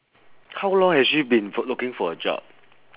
how long has she been f~ looking for a job